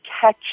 catch